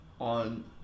on